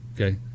okay